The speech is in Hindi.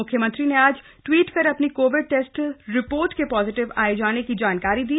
मुख्यमंत्री ने आज ट्वीट कर अपनी कोविड टेस्ट रिपोर्ट के पॉजीटिव आने की जानकारी दी